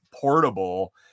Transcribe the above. portable